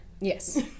Yes